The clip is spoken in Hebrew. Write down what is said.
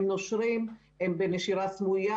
כי הילדים האלה נושרים בנשירה סמויה